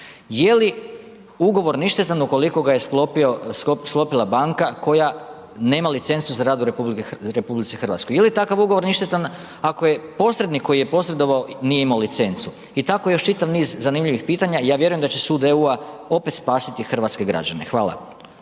je li ugovor ništetan ukoliko ga je sklopila banka koja nema licencu za rad u RH ili je takav ugovor ništetan ako je posrednik koji je posredovao, nije imao licencu? I tako još čitav niz zanimljivih pitanja, ja vjerujem da će sud EU-a opet spasiti hrvatske građane, hvala.